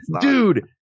dude